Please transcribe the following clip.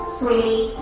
Sweetie